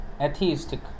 atheistic